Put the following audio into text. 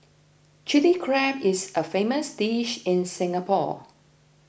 Chilli Crab is a famous dish in Singapore